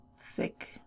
thick